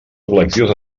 col·lectius